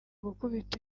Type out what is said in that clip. gukubita